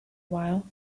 while